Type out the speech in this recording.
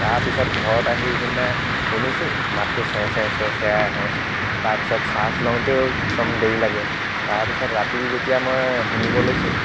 তাৰপিছত ঘৰত আহি কিনে শুনিছোঁ মাতটো চেৰ চেৰ চেৰ চেৰাই আহে তাৰপিছত চাৰ্জ লওঁতেও একদম দেৰি লাগে তাৰপিছত ৰাতি যেতিয়া মই শুনিব লৈছোঁ